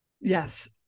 Yes